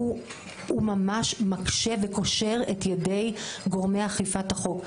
ממש מקשה וקושר את ידי גורמי אכיפת החוק,